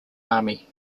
army